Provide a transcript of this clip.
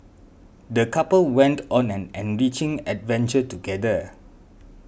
the couple went on an enriching adventure together